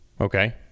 Okay